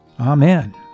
Amen